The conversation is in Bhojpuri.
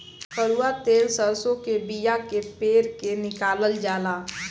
कड़ुआ तेल सरसों के बिया से पेर के निकालल जाला